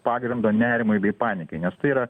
pagrindo nerimui bei panikai nes tai yra